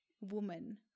Woman